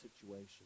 situation